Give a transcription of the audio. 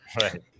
Right